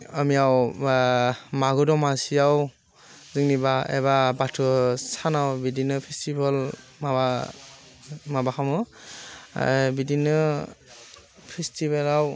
गामियाव बा मागो दमासियाव जोंनि एबा बाथौ सानाव बिदिनो फेस्टिभेल माबा माबा खालामो बिदिनो फेस्टिभेलाव